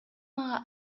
мага